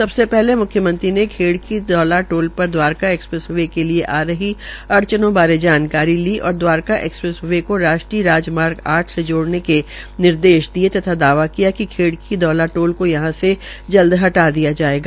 सबसे पहले मुख्यमंत्री ने खेड़की दौला टोल पर दवारका एक्सप्रेस वे के लिये आ रही अड़चनों बारे जानकारी ली और दवारका एक्सप्रेस वे को राष्ट्रीय राजमार्ग आठ से जोड़ने के निर्देश दिये तथा दावा किया कि खेड़की दौला टोल को यहां से जल्द हटा दिया जायेगा